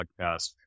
podcast